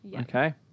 Okay